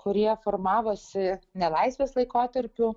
kurie formavosi nelaisvės laikotarpiu